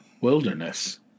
wilderness